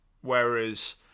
whereas